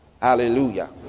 Hallelujah